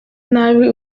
nabi